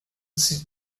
sieht